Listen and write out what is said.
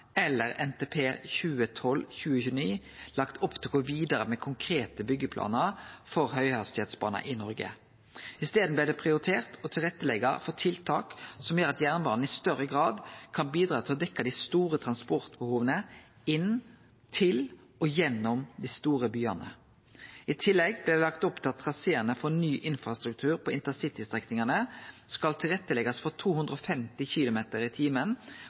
eller i NTP for 2012–2029 lagt opp til å gå vidare med konkrete byggjeplanar for høghastigheitsbane i Noreg. I staden blei det prioritert å leggje til rette for tiltak som gjer at jernbanen i større grad kan bidra til å dekkje dei store transportbehova inn til og gjennom dei store byane. I tillegg blei det lagt opp til at ein på traséane for ny infrastruktur på intercitystrekningane skal leggje til rette for 250 km/t